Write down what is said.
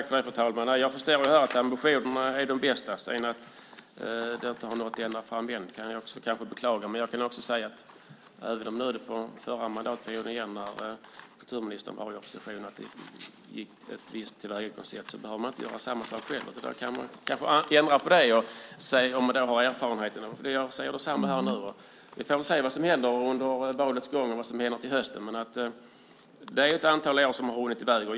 Fru talman! Jag förstår att ambitionerna är de bästa. Att man inte har nått ända fram kan jag kanske beklaga. Men jag kan också säga att även om det under förra mandatperioden, när kulturministern var i opposition, var ett visst tillvägagångssätt behöver man inte göra samma sak själv. Man kan kanske ändra på det om man har den erfarenheten. Jag säger detsamma nu. Vi får väl se vad som händer under valet och vad som händer till hösten. Men det är ett antal år som har runnit iväg.